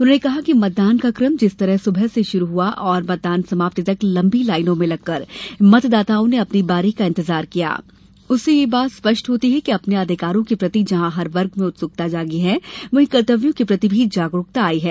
उन्होंने कहा कि मतदान का कम जिस तरह सुबह से शुरू हुआ और मतदान समाप्ति तक लंबी लाइनों में लगकर मतदाताओं ने अपनी बारी का इंतजार किया उससे ये बात स्पष्ट होती है कि अपने अधिकारों के प्रति जहां हर वर्ग में उत्सुकता जागी है वहीं कर्तव्यों के प्रति भी जागरुकता आई है